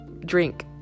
drink